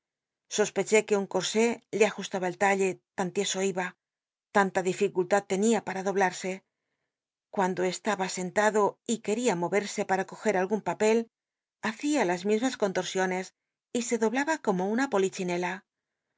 sospeché que un cotsé le ajustaba el tallr tan tieso iba tanta dificultad tenia para doblarse cuando estaba sentado y queria mo et'se para coget nlgun papel hacia las mismas contorsiones y se doblaba como un polichinela